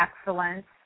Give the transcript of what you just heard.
excellence